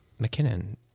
McKinnon